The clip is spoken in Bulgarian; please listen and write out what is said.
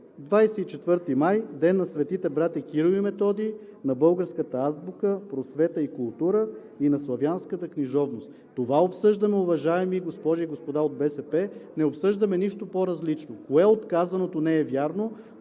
„24 май – Ден на светите братя Кирил и Методий, на българската азбука, просвета и култура и на славянската книжовност“. Това обсъждаме, уважаеми госпожи и господа от БСП, не обсъждаме нищо по-различно. Кое от казаното не е вярно,